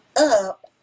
up